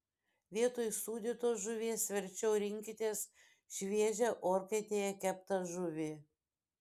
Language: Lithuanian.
vietoj sūdytos žuvies verčiau rinkitės šviežią orkaitėje keptą žuvį